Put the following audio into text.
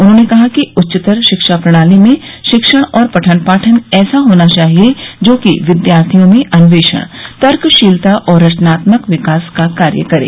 उन्होंने कहा कि उच्चतर शिक्षा प्रणाली में शिक्षण और पठन पाठन ऐसा होना चाहिये जोकि विद्यार्थियों में अन्वेषण तर्कशीलता और रचनात्मक विकास का कार्य करे